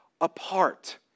apart